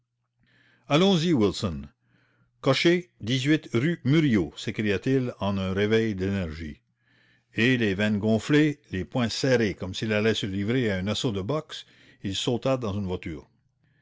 allons-y wilson cocher rue murillo s'écria-t-il en un sursaut d'énergie et les veines gonflées les poings serrés comme s'il allait se livrer à un assaut de boxe il sauta dans une voiture